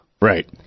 Right